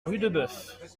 rudebeuf